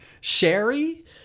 Sherry